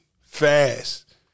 fast